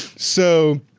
so,